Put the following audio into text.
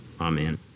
Amen